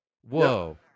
Whoa